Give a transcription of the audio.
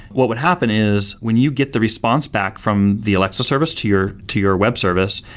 what would happen is when you get the response back from the alexa service to your to your web service,